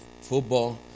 football